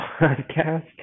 podcast